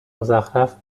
مزخرف